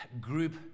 group